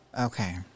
Okay